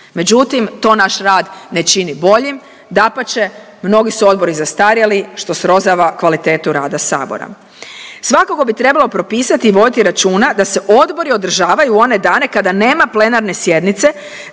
međutim, to naš rad ne čini boljim, dapače, mnogi su odbori zastarjeli, što srozava kvalitetu rada Sabora. Svakako bi trebalo propisati i voditi računa da se odbori održavaju u one dane kada nema plenarne sjednice,